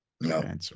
No